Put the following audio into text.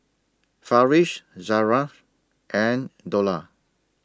Farish Zafran and Dollah